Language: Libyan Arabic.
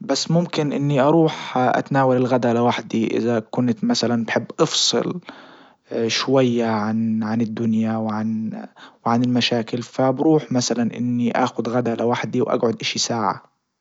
بس ممكن اني اروح اتناول الغدا لوحدي اذا كنت بحب افصل شويه عن الدنيا وعن عن المشاكل فبروح مثلا اني اخد غدا لوحدي واجعد شي ساعة.